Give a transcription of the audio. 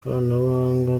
ikoranabuhanga